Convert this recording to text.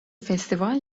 festival